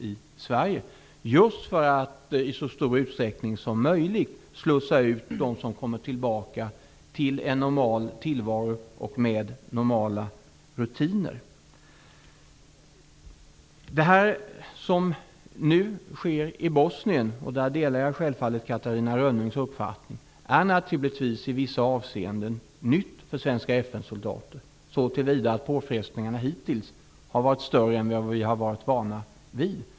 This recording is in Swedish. Det har vi gjort just för att i så stor utsträckning som möjligt slussa ut de som skall komma tillbaka till en normal tillvaro med normala rutiner. Det som nu sker i Bosnien -- och i det fallet delar jag självfallet Catarina Rönnungs uppfattning -- är naturligtvis i vissa avseenden någonting nytt för svenska FN-soldater, så till vida att påfrestningarna hittills har varit större än vad de har varit vana vid.